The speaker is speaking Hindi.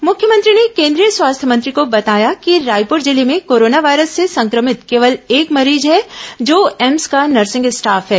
मुख्यमंत्री ने केंदीय स्वास्थ्य मंत्री को बताया कि रायपुर जिले में कोरोना वायरस से संक्रमित केवल एक मरीज है जो एम्स का नर्सिंग स्टाफ है